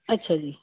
ਅੱਛਾ ਜੀ